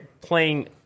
playing